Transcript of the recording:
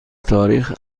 تاریخ